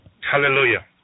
Hallelujah